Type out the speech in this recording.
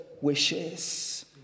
wishes